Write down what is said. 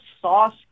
sauce